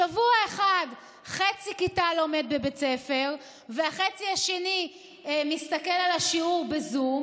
שבוע אחד חצי כיתה לומד בבית ספר והחצי השני מסתכל על השיעור בזום,